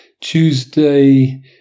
Tuesday